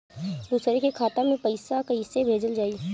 दूसरे के खाता में पइसा केइसे भेजल जाइ?